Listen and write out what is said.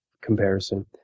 comparison